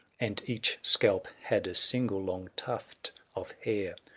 and each scalp had a single long tuft of hair.